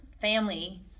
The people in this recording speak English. family